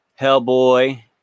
Hellboy